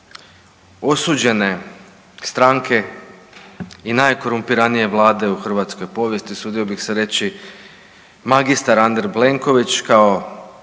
osuđene stranke i najkorumpiranije vlade u hrvatskoj povijesti, usudio bih se reći magistar Andrej Plenković kao